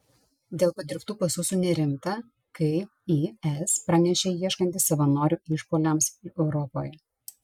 dėl padirbtų pasų sunerimta kai is pranešė ieškanti savanorių išpuoliams europoje